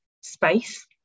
space